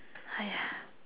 Hai ya